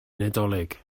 nadolig